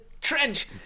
trench